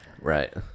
Right